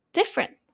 different，